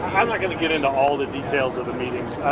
i'm not gonna get into all the details of the meetings.